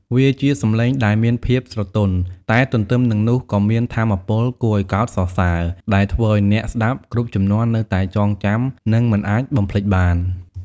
វាជាសំឡេងដែលមានភាព ស្រទន់ តែទន្ទឹមនឹងនោះក៏មាន ថាមពល គួរឲ្យកោតសរសើរ ដែលធ្វើឲ្យអ្នកស្តាប់គ្រប់ជំនាន់នៅតែចងចាំ និងមិនអាចបំភ្លេចបាន។